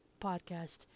podcast